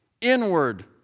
inward